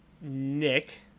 Nick